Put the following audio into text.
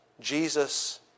Jesus